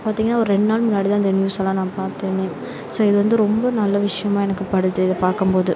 பார்த்தீங்கன்னா ஒரு ரெண்டு நாள் முன்னாடிதான் இந்த நியூஸெலாம் நான் பார்த்தேனே இது வந்து ரொம்ப நல்ல விஷயமாக எனக்கு படுது அதை பார்க்கம்போது